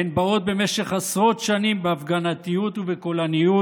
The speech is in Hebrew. הן באות במשך עשרות שנים בהפגנתיות ובקולניות,